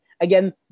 Again